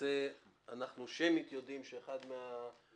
למעשה אנחנו יודעים שאחד מן